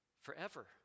forever